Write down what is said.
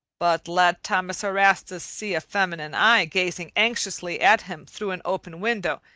but let thomas erastus see a feminine eye gazing anxiously at him through an open window,